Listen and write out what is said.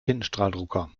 tintenstrahldrucker